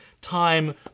time